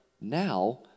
now